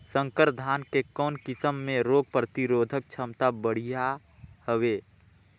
संकर धान के कौन किसम मे रोग प्रतिरोधक क्षमता बढ़िया हवे?